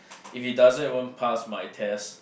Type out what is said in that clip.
if it doesn't even pass my test